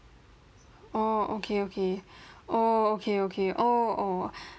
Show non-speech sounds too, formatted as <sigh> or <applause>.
orh okay okay <breath> oh okay okay oh oh <breath>